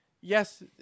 yes